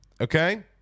Okay